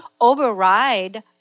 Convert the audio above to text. override